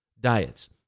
diets